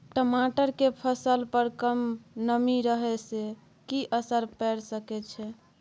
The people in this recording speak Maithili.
टमाटर के फसल पर कम नमी रहै से कि असर पैर सके छै?